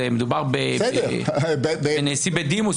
מדובר בנשיא בדימוס.